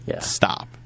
stop